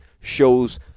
shows